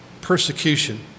persecution